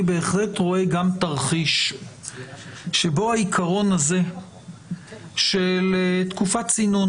אני בהחלט רואה גם תרחיש שבו העיקרון הזה של תקופת צינון